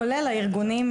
כולל הארגונים,